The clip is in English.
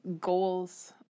goals